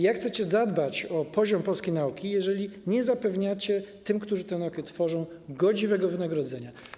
Jak chcecie zadbać o poziom polskiej nauki, jeżeli nie zapewniacie tym, którzy tę naukę tworzą, godziwego wynagrodzenia?